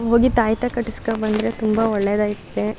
ಹೋಗಿ ತಾಯ್ತ ಕಟ್ಟಿಸ್ಕೊಂಡು ಬಂದರೆ ತುಂಬ ಒಳ್ಳೆಯದಾಯ್ತದೆ